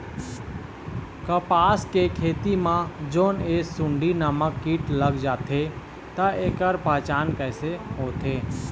कपास के खेती मा जोन ये सुंडी नामक कीट लग जाथे ता ऐकर पहचान कैसे होथे?